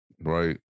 right